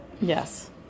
Yes